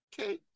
Okay